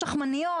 יש לחמניות,